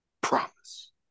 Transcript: promise